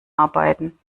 arbeiten